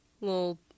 little